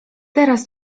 teraz